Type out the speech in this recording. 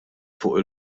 fuq